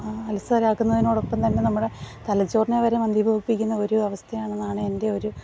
അലസരാക്കുന്നതിനോടൊപ്പം തന്നെ നമ്മുടെ തലച്ചോറിനെവരെ മന്തീഭവിക്കുന്ന ഒരു അവസ്ഥയാണെന്നാണ് എൻ്റെ ഒരു